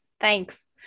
Thanks